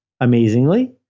amazingly